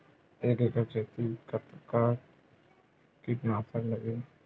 एक एकड़ खेती कतका किट नाशक लगही?